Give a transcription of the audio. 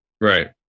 Right